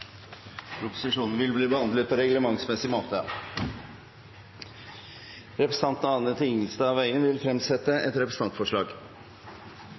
og vil ta sete. Representanten Anne Tingelstad Wøien vil fremsette et representantforslag.